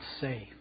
safe